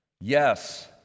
Yes